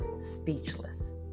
speechless